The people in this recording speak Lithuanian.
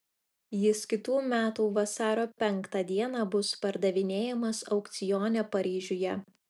jis kitų metų vasario penktą dieną bus pardavinėjamas aukcione paryžiuje